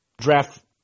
draft